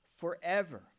forever